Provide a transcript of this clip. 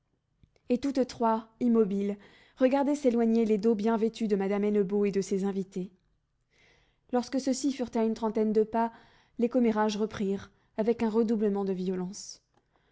et toutes trois immobiles regardaient s'éloigner les dos bien vêtus de madame hennebeau et de ses invités lorsque ceux-ci furent à une trentaine de pas les commérages reprirent avec un redoublement de violence